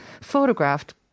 photographed